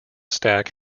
stack